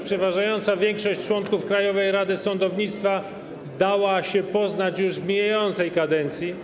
Przeważająca większość członków Krajowej Rady Sądownictwa dała się poznać już w mijającej kadencji.